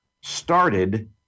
started